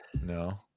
No